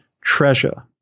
treasure